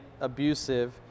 abusive